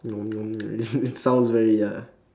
it sounds very ya